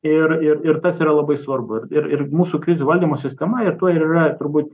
ir ir ir tas yra labai svarbu ir ir mūsų krizių valdymo sistema ir tuo ir yra turbūt